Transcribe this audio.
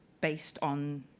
based on,